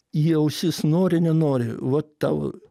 į ausis nori nenori va tau